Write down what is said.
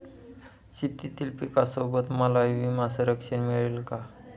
शेतीतील पिकासोबत मलाही विमा संरक्षण मिळेल का?